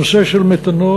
הנושא של מתנול,